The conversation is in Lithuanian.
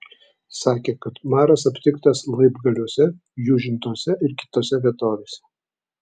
sakė kad maras aptiktas laibgaliuose jūžintuose ir kitose vietovėse